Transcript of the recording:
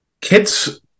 kids